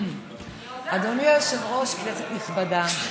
אדוני היושב-ראש, כנסת נכבדה,